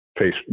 face